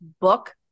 book